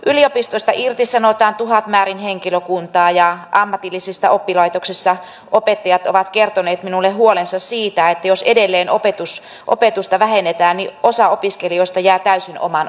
yliopistoista irtisanotaan tuhatmäärin henkilökuntaa ja opettajat ammatillisissa oppilaitoksissa ovat kertoneet minulle huolensa siitä että jos edelleen opetusta vähennetään niin osa opiskelijoista jää täysin oman onnensa varaan